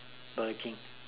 Burger King